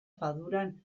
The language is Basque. faduran